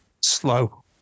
slow